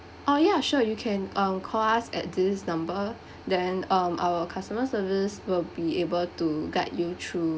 oh ya sure you can um call us at this number then um our customer service will be able to guide you through